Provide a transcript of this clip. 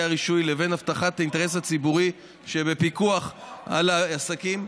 הרישוי לבין הבטחת האינטרס הציבורי שבפיקוח על העסקים,